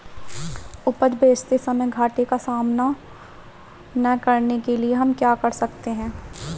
उपज बेचते समय घाटे का सामना न करने के लिए हम क्या कर सकते हैं?